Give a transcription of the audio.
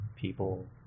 people